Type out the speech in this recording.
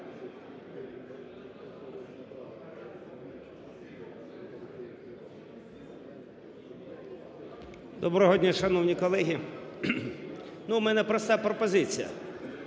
Доброго дня, шановні колеги. У мене проста пропозиція.